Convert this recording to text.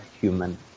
human